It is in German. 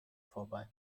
vorbei